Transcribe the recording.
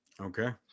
Okay